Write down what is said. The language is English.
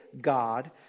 God